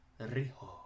Rijo